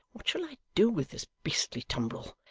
what shall i do with this beastly tumbril?